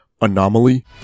Anomaly